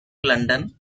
london